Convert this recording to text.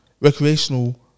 Recreational